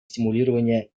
стимулирования